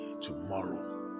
tomorrow